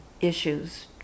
issues